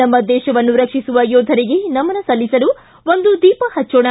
ನಮ್ಮ ದೇಶವನ್ನು ರಕ್ಷಿಸುವ ಯೋಧರಿಗೆ ನಮನ ಸಲ್ಲಿಸಲು ಒಂದು ದೀಪ ಹಜ್ಜೋಣ